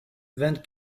vingt